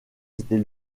c’était